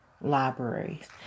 libraries